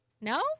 No